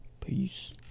Peace